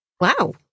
wow